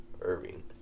Irving